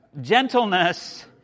gentleness